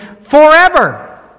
forever